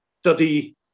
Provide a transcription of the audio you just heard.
study